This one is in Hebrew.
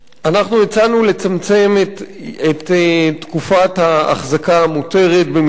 אנחנו הצענו לצמצם את תקופת ההחזקה המותרת במשמורת